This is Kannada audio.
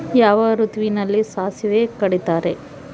ಯಾವ ಋತುವಿನಲ್ಲಿ ಸಾಸಿವೆ ಕಡಿತಾರೆ?